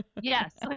yes